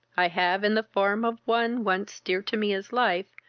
i have, in the form of one once dear to me as life,